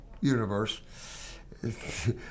universe